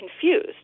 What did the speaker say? confused